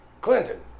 Clinton